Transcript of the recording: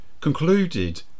Concluded